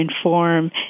inform